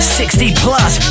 60-plus